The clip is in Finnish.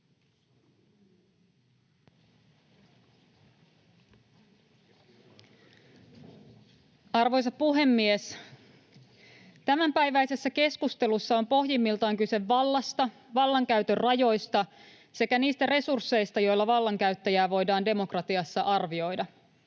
Arvoisa puhemies! Tämänpäiväisessä keskustelussa on pohjimmiltaan kyse vallasta, vallankäytön rajoista sekä niistä resursseista, joilla vallankäyttäjää voidaan demokratiassa arvioida.